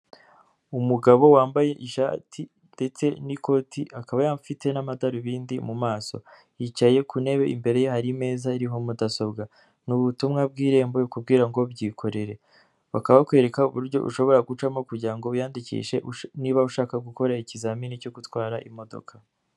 Umugabo wambaye ishati ndetse n'ikoti, akaba afite n'amadarubindi mu maso, yicaye ku ntebe imbere ye hari imeza iriho mudasobwa, ni ubutumwa bw'Irembo bukubwira ngo byikorere, bakab bakwereka uburyo ushobora gucamo kugira ngo wiyandikishe niba ushaka gukora ikizamini cyo gutwara imodoka.